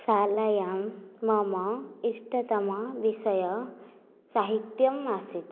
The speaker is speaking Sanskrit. शलायां मम इष्टतमविषयम् साहित्यम् आसीत्